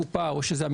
אם זו הקופה או המשרד,